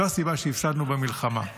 זו הסיבה שהפסדנו במלחמה.